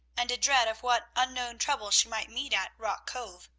and a dread of what unknown trouble she might meet at rock cove.